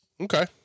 Okay